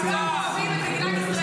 תודה רבה.